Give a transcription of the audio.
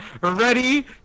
ready